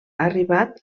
arribat